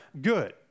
good